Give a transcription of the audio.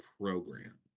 program